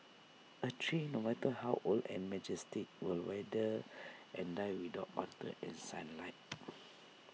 A tree no matter how old and majestic will wither and die without water and sunlight